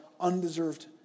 undeserved